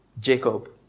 Jacob